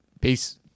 Peace